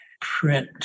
print